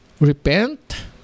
repent